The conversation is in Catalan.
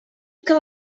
que